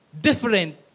different